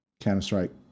Counter-Strike